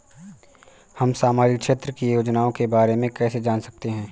हम सामाजिक क्षेत्र की योजनाओं के बारे में कैसे जान सकते हैं?